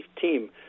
team